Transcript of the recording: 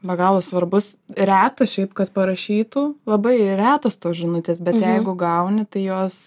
be galo svarbus reta šiaip kad parašytų labai retos tos žinutės bet jeigu gauni jos